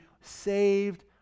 saved